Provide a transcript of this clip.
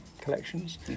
collections